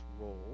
role